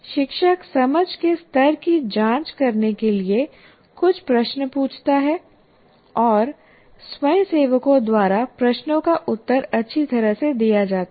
शिक्षक समझ के स्तर की जांच करने के लिए कुछ प्रश्न पूछता है और स्वयंसेवकों द्वारा प्रश्नों का उत्तर अच्छी तरह से दिया जाता है